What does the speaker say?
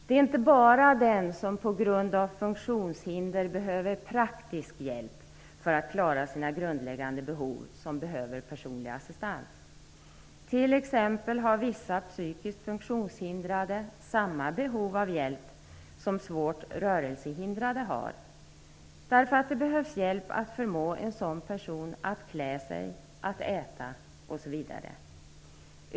Det är inte bara den som på grund av funktionshinder behöver praktisk hjälp för att klara sina grundläggande behov som behöver personlig assistans. Vissa psykiskt funktionshindrade har t.ex. samma behov av hjälp som svårt rörelsehindrade. Det behövs hjälp för att förmå en sådan person att klä sig, äta osv.